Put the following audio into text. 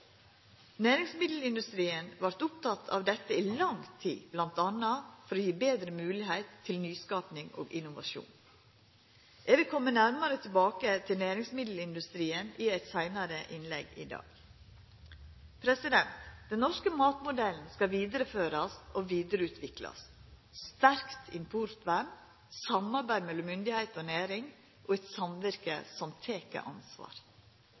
Næringsmiddelindustrien har vore oppteken av dette i lang tid, bl.a. for å gje betre moglegheit for nyskaping og innovasjon. Eg vil koma nærmare tilbake til næringsmiddelindustrien i eit seinare innlegg i dag. Den norske matmodellen skal vidareførast og vidareutviklast – eit sterkt importvern, samarbeid mellom myndigheit og næring og eit samvirke som tek ansvar.